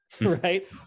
right